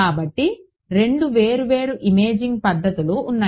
కాబట్టి రెండు వేర్వేరు ఇమేజింగ్ పద్ధతులు ఉన్నాయి